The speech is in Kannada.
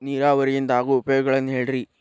ನೇರಾವರಿಯಿಂದ ಆಗೋ ಉಪಯೋಗಗಳನ್ನು ಹೇಳ್ರಿ